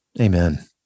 amen